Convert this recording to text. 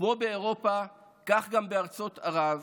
כמו באירופה, כך גם בארצות ערב,